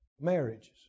marriages